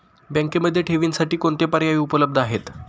बँकेमध्ये ठेवींसाठी कोणते पर्याय उपलब्ध आहेत?